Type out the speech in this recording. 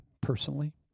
personally